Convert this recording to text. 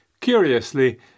Curiously